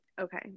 Okay